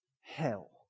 hell